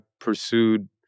pursued